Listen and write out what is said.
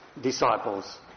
disciples